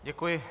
Děkuji.